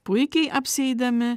puikiai apsieidami